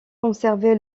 conservé